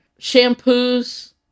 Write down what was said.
shampoos